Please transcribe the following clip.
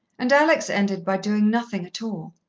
and alex ended by doing nothing at all.